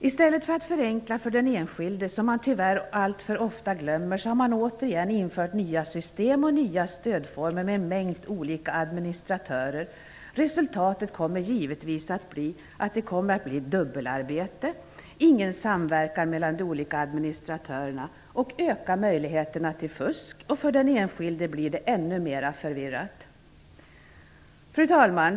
I stället för att förenkla för den enskilde, som man tyvärr alltför ofta glömmer, har man återigen infört nya system och nya stödformer med en mängd olika administratörer. Resultatet kommer givetvis att bli att det kommer att bli dubbelarbete, ingen samverkan mellan de olika administratörerna och ökade möjligheter till fusk, och för den enskilde blir det ännu mera förvirrat. Fru talman!